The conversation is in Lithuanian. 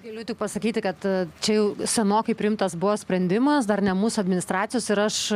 galiu tik pasakyti kad čia jau senokai priimtas buvo sprendimas dar ne mūsų administracijos ir aš